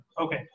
okay